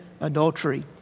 adultery